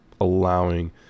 allowing